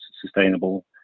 sustainable